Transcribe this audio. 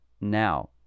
now